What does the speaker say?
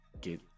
get